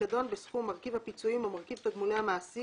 פיקדון בסכום מרכיב הפיצויים ומרכיב תגמולי המעסיק